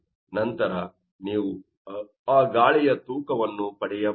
ನಂತರ ನೀವು ಆ ಗಾಳಿಯ ತೂಕವನ್ನು ಪಡೆಯಬಹುದು